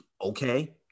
okay